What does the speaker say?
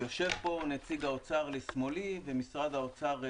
יושב פה לשמאלי נציג משרד האוצר.